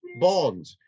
bond